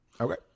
Okay